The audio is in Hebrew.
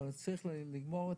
אבל צריך להתקדם.